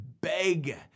beg